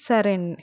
సరే అండి